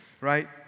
right